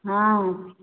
हाँ